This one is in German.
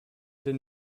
den